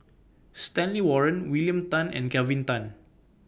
Stanley Warren William Tan and Kelvin Tan